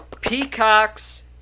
Peacock's